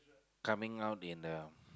coming out in the